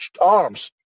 arms